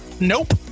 Nope